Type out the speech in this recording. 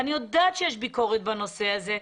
ואני יודעת שיש ביקורת בנושא הזה,